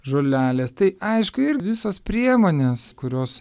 žolelės tai aišku ir visos priemonės kurios